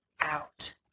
out